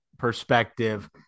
perspective